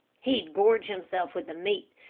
he'd gorge himself with the meat,